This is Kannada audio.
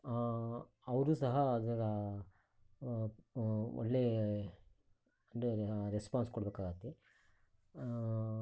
ಅವರು ಸಹ ಅದರ ಒಳ್ಳೆಯ ರೆಸ್ಪಾನ್ಸ್ ಕೊಡಬೇಕಾಗತ್ತೆ